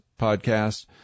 podcast